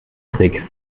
trick